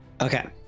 Okay